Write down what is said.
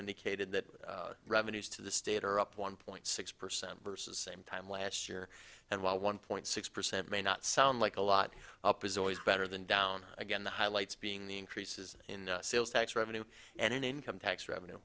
indicated that revenues to the state are up one point six percent versus same time last year and while one point six percent may not sound like a lot up is always better than down again the highlights being the increases in sales tax revenue and in income tax revenue